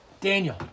Daniel